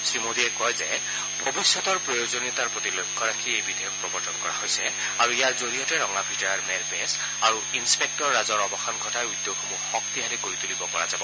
শ্ৰীমোডীয়ে কয় যে ভৱিষ্যতৰ প্ৰয়োজনীয়তাৰ প্ৰতি লক্ষ্য ৰাখি এই বিধেয়ক প্ৰবৰ্তন কৰা হৈছে আৰু ইয়াৰ জৰিয়তে ৰঙাফিটাৰ মেৰপেচ আৰু ইলপেক্টৰৰাজৰ অৱসান ঘটাই উদ্যোগসমূহ শক্তিশালী কৰি তুলিব পৰা যাব